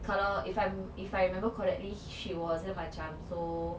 kalau if I remember correctly she wasn't macam so